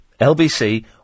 LBC